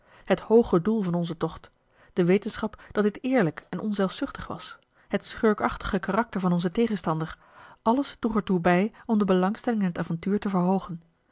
het hooge doel van onzen tocht de wetenschap dat dit eerlijk en onzelfzuchtig was het schurkachtige karakter van onzen tegenstander alles droeg er toe bij om de belangstelling in het avontuur te verhoogen